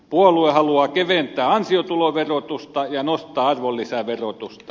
puolue haluaa keventää ansiotuloverotusta ja nostaa arvonlisäverotusta